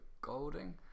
Golding